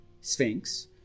sphinx